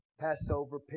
Passover